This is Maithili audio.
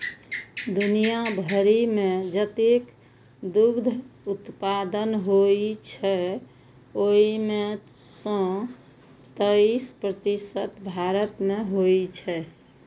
दुनिया भरि मे जतेक दुग्ध उत्पादन होइ छै, ओइ मे सं तेइस प्रतिशत भारत मे होइ छै